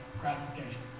gratification